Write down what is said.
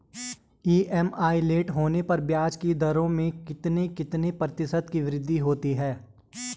EMI late होने पर ब्याज की दरों में कितने कितने प्रतिशत की वृद्धि होती है?